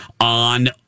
on